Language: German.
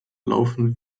laufen